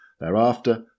Thereafter